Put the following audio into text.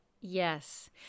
Yes